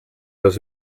das